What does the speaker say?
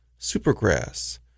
Supergrass